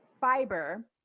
fiber